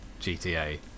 GTA